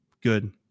good